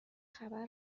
خبر